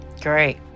Great